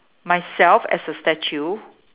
myself as a statue